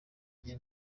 njye